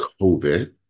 COVID